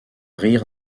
rire